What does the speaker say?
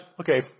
okay